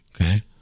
okay